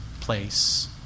place